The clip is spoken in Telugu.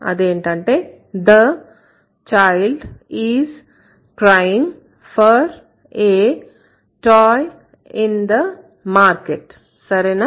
అదేంటంటే 'the child is crying for a toy in the market'సరేనా